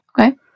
Okay